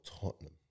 Tottenham